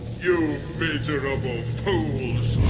you miserable fools!